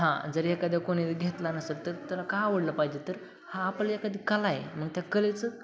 हां जरी एखाद्या कोणी घेतला नसेल तर तर का आवडलं पाहिजे तर हा आपलं एखादी कला आहे मग त्या कलेचं